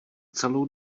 celou